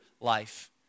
life